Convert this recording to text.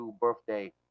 birthday